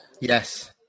Yes